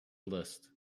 list